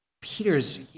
Peter's